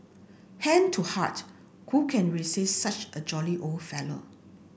hand to heart who can resist such a jolly old fellow